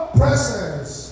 presence